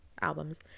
albums